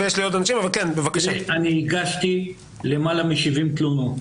אני הגשתי למעלה מ-70 תלונות.